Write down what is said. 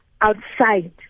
outside